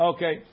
Okay